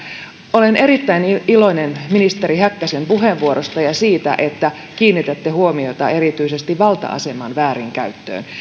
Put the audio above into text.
olen erittäin iloinen ministeri häkkäsen puheenvuorosta ja siitä että kiinnitätte huomiota erityisesti valta aseman väärinkäyttöön